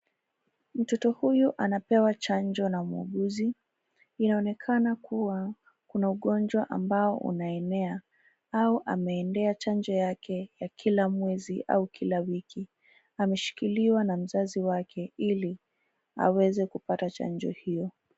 Mtoto huyu anapewa chanjo na mwuguzi. Inaonekana kuwa kuna ugonjwa ambao unaenea au ameendea chanjo yake ya kila mwezi au kila wiki. Ameshikiliwa na mzazi wake ili aweze kupata chanjo hio.